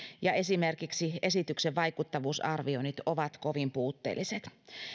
ja esimerkiksi esityksen vaikuttavuusarvioinnit ovat kovin puutteelliset